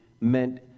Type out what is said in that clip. meant